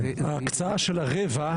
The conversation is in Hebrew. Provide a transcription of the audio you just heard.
ההקצאה של הרבע,